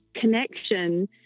connection